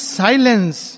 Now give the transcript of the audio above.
silence